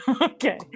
Okay